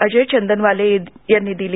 अजय चंदनवाले यांनी दिली